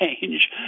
change